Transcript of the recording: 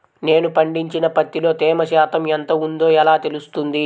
నేను పండించిన పత్తిలో తేమ శాతం ఎంత ఉందో ఎలా తెలుస్తుంది?